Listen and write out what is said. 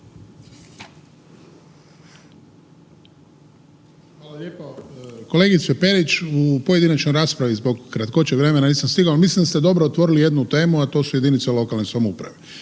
Hvala lijepo. Kolegice Perić u pojedinačnoj raspravi zbog kratkoće vremena nisam stigao, mislim da ste dobro otvorili jednu temu, a to su jedinice lokalne samouprave.